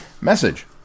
Message